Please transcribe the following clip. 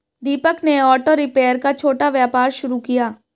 दीपक ने auto repair का छोटा व्यापार शुरू किया